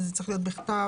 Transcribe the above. זה צריך להיות בכתב.